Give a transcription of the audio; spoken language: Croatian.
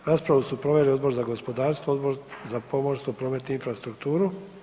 Raspravu su proveli Odbor za gospodarstvo, Odbor za pomorstvo, promet i infrastrukturu.